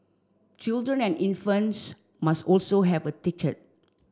children and infants must also have a ticket